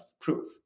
proof